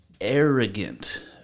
arrogant